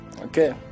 okay